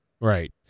Right